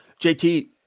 JT